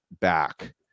back